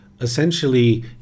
essentially